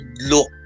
look